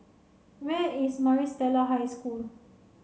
where is Maris Stella High School